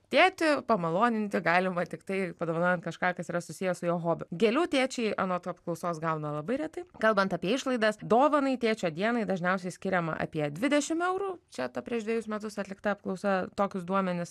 tėtį pamaloninti galima tiktai padovanojant kažką kas yra susiję su jo hobiu gėlių tėčiai anot apklausos gauna labai retai kalbant apie išlaidas dovanai tėčio dienai dažniausiai skiriama apie dvidešimt eurų čia ta prieš dvejus metus atlikta apklausa tokius duomenis